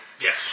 Yes